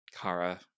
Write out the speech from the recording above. Kara